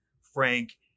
Frank